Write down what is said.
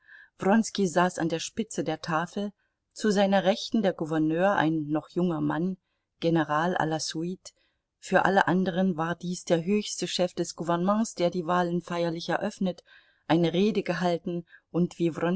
saß an der spitze der tafel zu seiner rechten der gouverneur ein noch junger mann general la suite für alle andern war dies der höchste chef des gouvernements der die wahlen feierlich eröffnet eine rede gehalten und wie